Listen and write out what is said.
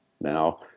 Now